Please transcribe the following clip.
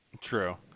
True